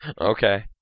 Okay